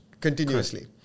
Continuously